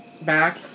Back